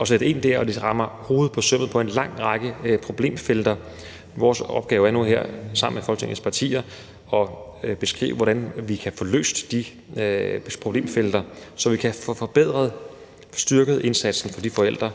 at sætte ind dér, og det rammer hovedet på sømmet i forbindelse med en lang række problemfelter. Vores opgave er nu her sammen med Folketingets partier at beskrive, hvordan vi kan få løst det, håndteret de problemfelter, så vi kan få forbedret og styrket indsatsen for de forældre,